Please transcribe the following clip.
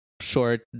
short